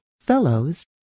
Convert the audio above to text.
fellows